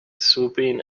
swooping